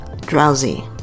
drowsy